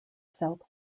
south